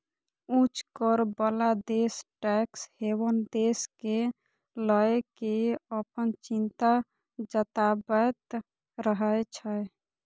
उच्च कर बला देश टैक्स हेवन देश कें लए कें अपन चिंता जताबैत रहै छै